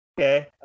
Okay